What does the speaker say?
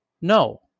no